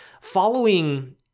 following